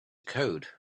code